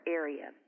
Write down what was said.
area